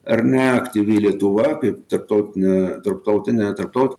ar ne aktyvi lietuva kaip tarptautinę tarptautinę tarptaut